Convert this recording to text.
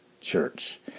Church